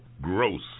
Gross